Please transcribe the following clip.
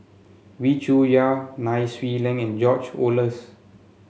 Wee Cho Yaw Nai Swee Leng and George Oehlers